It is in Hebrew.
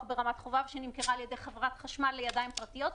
ברמת חובב שנמכרה על ידי חברת החשמל לידיים פרטיות,